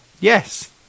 Yes